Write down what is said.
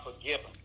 forgiven